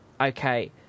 okay